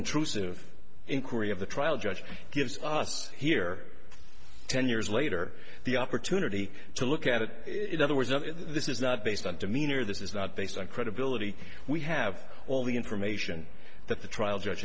intrusive inquiry of the trial judge gives us here ten years later the opportunity to look at it in other words no this is not based on demeanor this is not based on credibility we have all the information that the trial judge